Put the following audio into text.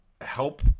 help